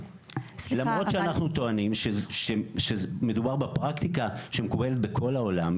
למרות שאנחנו טוענים שמדובר בפרקטיקה שמקובלת בכל העולם.